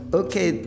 okay